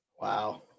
wow